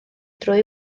drwy